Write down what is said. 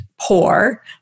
poor